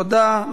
תודה.